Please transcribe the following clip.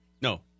No